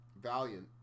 Valiant